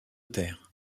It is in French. terre